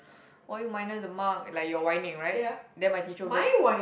why you minus the mark like you're whining right then my teacher go